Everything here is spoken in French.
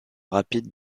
rapide